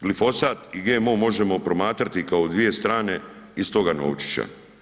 Gligosat i GMO možemo promatrati kao dvije strane istoga novčića.